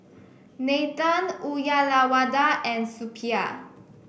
Nathan Uyyalawada and Suppiah